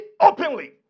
openly